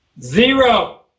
Zero